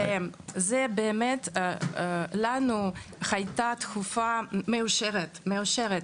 והייתה לנו תקופה מאושרת.